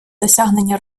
досягнення